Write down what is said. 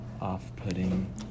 off-putting